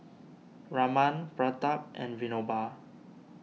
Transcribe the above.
Raman Pratap and Vinoba